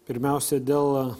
pirmiausia dėl